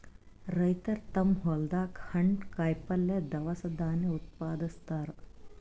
ರೈತರ್ ತಮ್ಮ್ ಹೊಲ್ದಾಗ ಹಣ್ಣ್, ಕಾಯಿಪಲ್ಯ, ದವಸ ಧಾನ್ಯ ಉತ್ಪಾದಸ್ತಾರ್